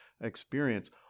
experience